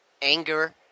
anger